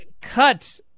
cut